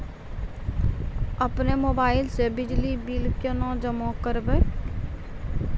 अपनो मोबाइल से बिजली बिल केना जमा करभै?